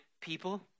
people